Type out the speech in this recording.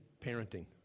parenting